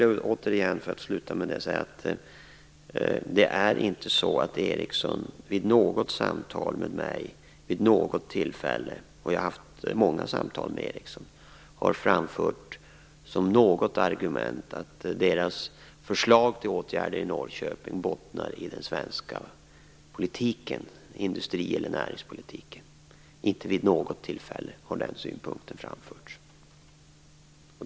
Jag vill sluta med att återigen säga att Ericsson inte vid något tillfälle i samtal med mig - jag har haft många samtal med Ericsson - har framfört som något argument att deras förslag till åtgärder i Norrköping bottnar i den svenska politiken, industri eller näringspolitiken. Inte vid något tillfälle har den synpunkten framförts.